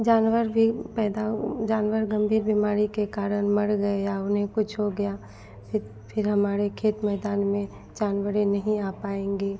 जानवर भी पैदा जानवर गंभीर बीमारी के कारण मर गए या उन्हें कुछ हो गया फि फिर हमारे खेत में मैदान में जानवर नहीं आ पाएंगे